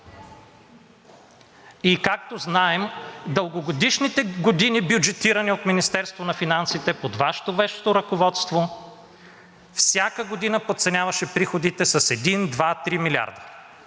и както знаем, дългите години, бюджетирани от Министерството на финансите под Вашето вещо ръководство, всяка година подценяваше приходите с 1, 2, 3 милиарда.